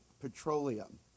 petroleum